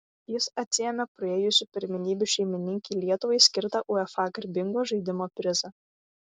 jis atsiėmė praėjusių pirmenybių šeimininkei lietuvai skirtą uefa garbingo žaidimo prizą